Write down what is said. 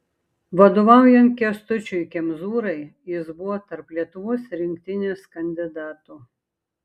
vadovaujant kęstučiui kemzūrai jis buvo tarp lietuvos rinktinės kandidatų